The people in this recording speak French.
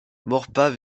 maurepas